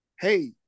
hey